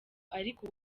ariko